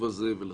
נתעמק בו,